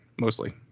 Mostly